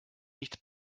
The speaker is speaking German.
nichts